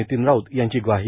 नितीन राऊत यांची ग्वाही